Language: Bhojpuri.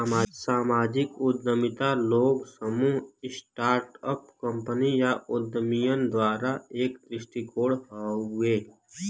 सामाजिक उद्यमिता लोग, समूह, स्टार्ट अप कंपनी या उद्यमियन द्वारा एक दृष्टिकोण हउवे